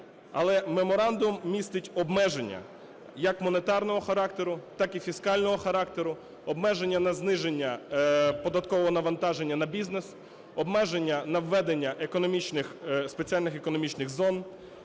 але меморандум містить обмеження як монетарного характеру, так і фіскального характеру, обмеження на зниження податкового навантаження на бізнес, обмеження на введення спеціальних економічних зон,